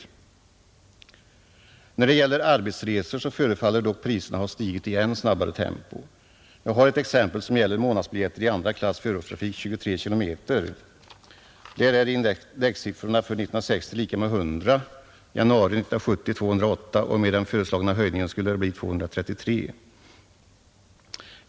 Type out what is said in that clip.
Och då det gäller arbetsresor förefaller priserna att ha stigit i än snabbare tempo. Jag har ett exempel som gäller månadsbiljett i 2 klass förortstrafik 23 km. Där är indexsiffrorna för 1960 lika med 100, januari 1970 208 och med den föreslagna höjningen skulle det bli 233.